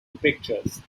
pictures